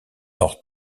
hors